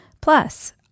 Plus